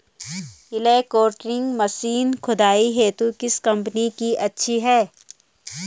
Electronic machine खुदाई हेतु किस कंपनी की अच्छी है?